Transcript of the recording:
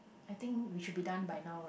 I think we should be done by now right